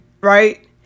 right